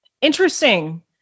Interesting